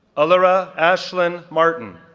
alora ashlan martin,